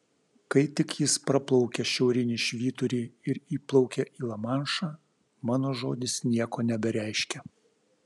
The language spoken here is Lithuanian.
kai tik jis praplaukia šiaurinį švyturį ir įplaukia į lamanšą mano žodis nieko nebereiškia